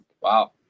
Wow